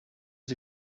sie